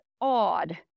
odd